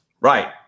Right